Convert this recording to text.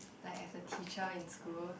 like as a teacher in school